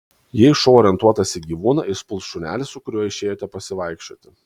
jei šuo orientuotas į gyvūną jis puls šunelį su kuriuo išėjote pasivaikščioti